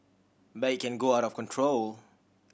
but it can go out of control